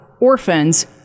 orphans